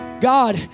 God